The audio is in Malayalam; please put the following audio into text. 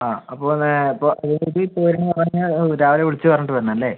ആ അപ്പം വേറ അപ്പം എവിടെ പോയിരുന്നൂന്ന് പറഞ്ഞ് കയിഞ്ഞാ രാവില വിളിച്ച് പറഞ്ഞിട്ട് വരണം അല്ലെ